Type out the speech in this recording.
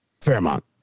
Fairmont